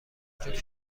جفت